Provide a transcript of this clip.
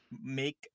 make